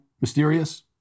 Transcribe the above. mysterious